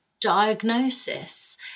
diagnosis